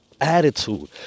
attitude